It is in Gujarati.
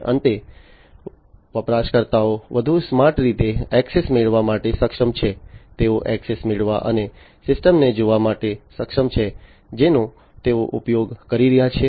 અને અંતે વપરાશકર્તાઓ વધુ સ્માર્ટ રીતે ઍક્સેસ મેળવવા માટે સક્ષમ છે તેઓ ઍક્સેસ મેળવવા અને સિસ્ટમને જોવા માટે સક્ષમ છે જેનો તેઓ ઉપયોગ કરી રહ્યાં છે